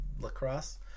lacrosse